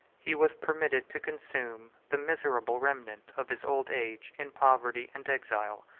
he was permitted to consume the miserable remnant of his old age in poverty and exile.